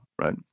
right